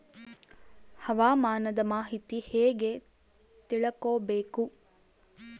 ಹವಾಮಾನದ ಮಾಹಿತಿ ಹೇಗೆ ತಿಳಕೊಬೇಕು?